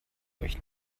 euch